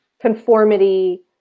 conformity